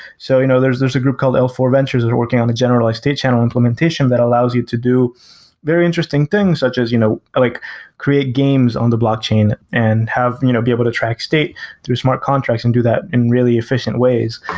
so you know there's there's a group called l four ventures that's and working on a generalized state channel implementation that allows you to do very interesting things such as you know like create games on the blockchain and you know be able to track state through smart contracts and do that in really efficient ways.